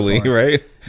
right